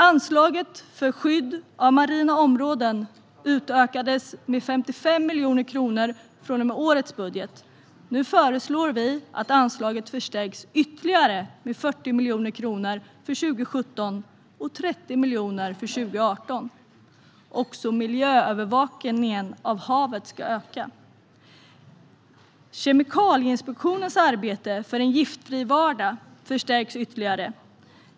Anslaget för skydd av marina områden utökades med 55 miljoner kronor från och med årets budget. Nu föreslår vi att anslaget förstärks med ytterligare 40 miljoner kronor för 2017 och 30 miljoner för 2018. Även miljöövervakningen av havet ska öka. Kemikalieinspektionens arbete för en giftfri vardag förstärks ytterligare.